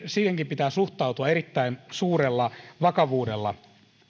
siihenkin pitää suhtautua erittäin suurella vakavuudella